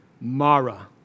Mara